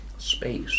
space